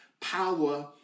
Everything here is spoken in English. power